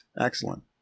Excellent